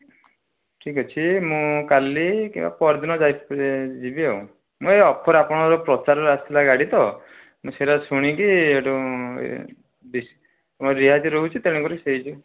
ଠିକ୍ ଅଛି ମୁଁ କାଲି କିମ୍ବା ପହରଦିନ ଯାଇ ପାରି ଯିବି ଆଉ ମୁଁ ଏଇ ଅଫର୍ ଆପଣଙ୍କ ପ୍ରଚାରରେ ଆସିଥିଲା ଗାଡ଼ି ତୋ ମୁଁ ସେଇଟାରେ ଶୁଣି କି ସେଠୁ ତମର ରିହାତି ରହୁଛି ତେଣୁ କରି ସେଇଥି